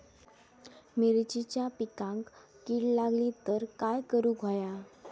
मिरचीच्या पिकांक कीड लागली तर काय करुक होया?